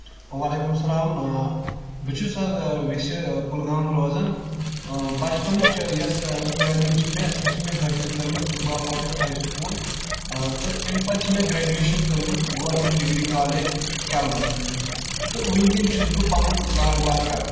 وعلیکم سلام بہٕ چھُس آز ویٚسہِ کُلگام روزان بچپنٕچ یۄس تعلیٖم چھِ مےٚ سۄ چھِ مےٚ حٲصِل کٔرمٕژ اِقبال پبلِک ہاے سکوٗل تہٕ تمہِ پتہٕ چھِ مےٚ گریجویشن کٔرمٕژ گورمینٛٹ ڈگری کالیج کیلمس پٮ۪ٹھن تہٕ ؤنٛکیٚن چھُس بہٕ پنُن کارٕبار کران